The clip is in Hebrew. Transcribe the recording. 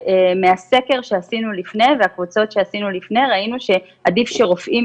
מהסקר שעשינו לפני והקבוצות שעשינו לפני ראינו שעדיף שרופאים